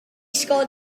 scored